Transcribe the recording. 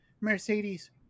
Mercedes